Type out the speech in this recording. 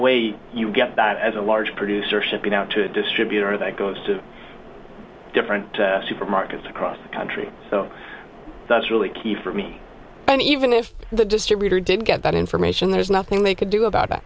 way you get that as a large producer shipping out to a distributor that goes to different supermarkets across the country so that's really key for me and even if the distributor didn't get that information there's nothing they could do about